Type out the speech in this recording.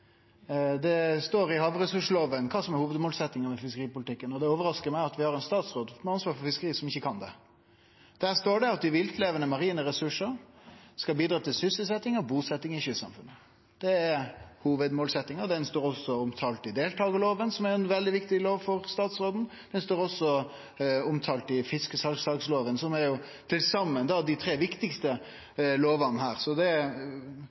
Det står i havressurslova kva som er hovudmålsetjinga med fiskeripolitikken, og det overraskar meg at vi har ein statsråd med ansvar for fiskeri som ikkje kan det. Der står det at dei viltlevande marine ressursane skal bidra til «sysselsetjing og busetjing i kystsamfunna». Det er hovudmålsetjinga, og det står også omtalt i deltakarlova, som er ei veldig viktig lov for statsråden. Det står også omtalt i fiskesalslagslova. Det er til saman dei tre viktigaste lovene her. Det er